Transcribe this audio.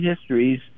Histories